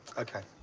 okay.